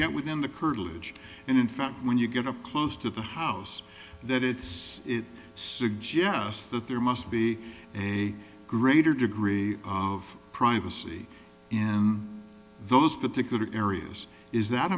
get within the curtilage and in fact when you get a close to the house that it's it suggests that there must be a greater degree of privacy in those particular areas is that